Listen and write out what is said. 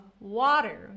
water